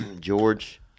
george